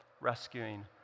rescuing